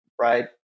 right